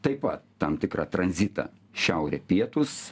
taip pat tam tikrą tranzitą šiaurė pietūs